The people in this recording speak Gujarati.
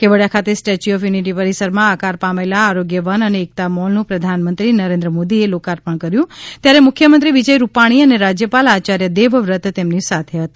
કેવડીયા ખાતે સ્ટેચ્યું ઓફ યુનિટી પરિસરમાં આકાર પામેલા આરોગ્ય વન અને એકતામોલનું પ્રધાનમંત્રી નરેન્દ્ર મોદીએ લોકાર્પણ કર્યું ત્યારે મુખ્યમંત્રી વિજય રૂપાણી અને રાજ્યપાલ આચાર્ય દેવ વ્રત તેમની સાથે હતા